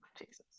Jesus